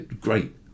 great